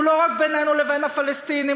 הוא לא רק בינינו לבין הפלסטינים,